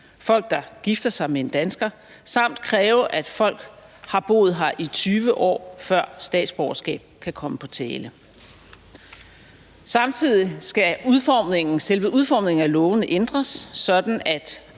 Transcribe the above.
folk, der gifter sig med en dansker, samt kræve, at folk har boet her i 20 år, før statsborgerskab kan komme på tale. Samtidig skal selve udformningen af lovene ændres, sådan at